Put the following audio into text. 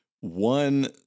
one